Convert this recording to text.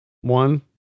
one